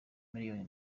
miliyoni